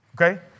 okay